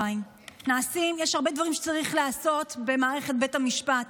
חיים: יש הרבה דברים שצריך לעשות במערכת בית המשפט,